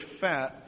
fat